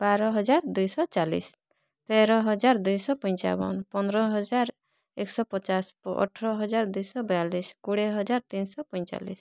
ବାର ହଜାର ଦୁଇ ଶହ ଚାଲିଶି ତେର ହଜାର ଦୁଇ ଶହ ପଞ୍ଚାବନ ପନ୍ଦର ହଜାର ଏକ ଶହ ପଚାଶ ଅଠର ହଜାର ଦୁଇ ଶହ ବୟାଲିଶି କୋଡ଼ିଏ ହଜାର ତିନି ଶହ ପଇଁଚାଲିଶି